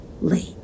late